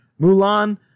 Mulan